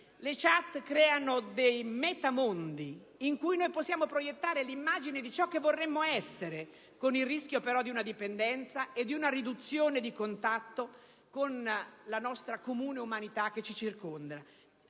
Le *chat* creano dei metamondi, in cui possiamo proiettare l'immagine di ciò che vorremmo essere, con il rischio però di una dipendenza e di una riduzione di contatto con la comune umanità che ci circonda: